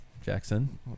Jackson